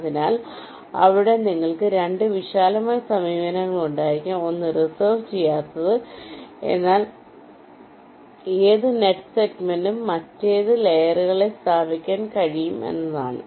അതിനാൽ അവിടെ നിങ്ങൾക്ക് 2 വിശാലമായ സമീപനങ്ങൾ ഉണ്ടായിരിക്കാം ഒന്ന് റിസർവ് ചെയ്യാത്തത് എന്നാൽ ഏത് നെറ്റ് സെഗ്മെന്റും മറ്റേതെങ്കിലും ലെയറുകളിൽ സ്ഥാപിക്കാൻ കഴിയും എന്നാണ്